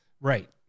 Right